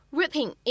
,ripping